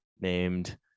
named